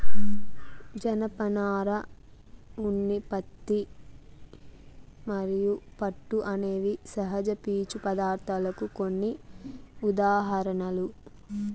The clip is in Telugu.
జనపనార, ఉన్ని, పత్తి మరియు పట్టు అనేవి సహజ పీచు పదార్ధాలకు కొన్ని ఉదాహరణలు